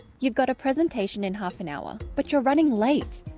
you've got a presentation in half an hour but you're running late.